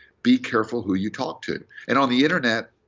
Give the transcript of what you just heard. be careful who you talk to. and on the internet,